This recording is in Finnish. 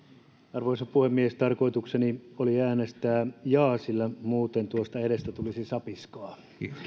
arvoisa puhemies tarkoitukseni oli äänestää jaa sillä muuten tuosta edestä tulisi sapiskaa